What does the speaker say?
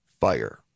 fire